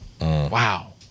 Wow